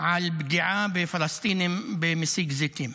על פגיעה בפלסטינים במסיק זיתים.